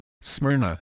Smyrna